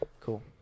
Cool